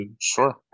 Sure